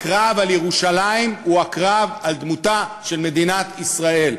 הקרב על ירושלים הוא הקרב על דמותה של מדינת ישראל,